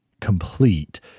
complete